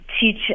teach